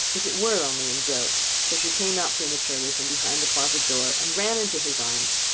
if it were only in joke so she came out prematurely from behind the closet door, and ran into his arms,